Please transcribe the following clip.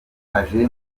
aje